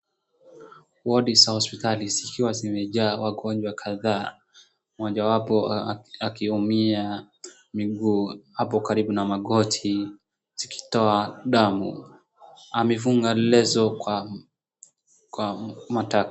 Wodi za hospitali zikiwa zimejaa wagonjwa kadhaa mmoja wapo akiumia miguu hapo karibu na magoti zikitoa damu, amefunga leso kwa matako.